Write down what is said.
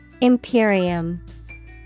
Imperium